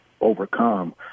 overcome